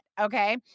Okay